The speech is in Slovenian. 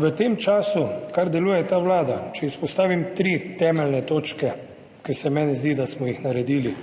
V tem času, kar deluje ta vlada, če izpostavim tri temeljne točke, za katere se mi zdi, da smo jih naredili.